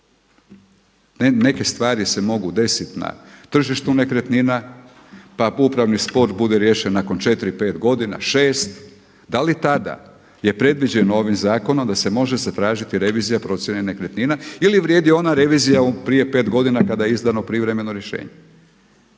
Neke se stvari mogu desiti na tržištu nekretnina, pa upravni spor bude riješen nakon četiri, pet godina, šest. Da li tada je predviđeno ovim zakonom da se može zatražiti revizija procjene nekretnina ili vrijedi ona revizija prije pet godina kada je izdano privremeno rješenje.